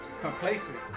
Complacent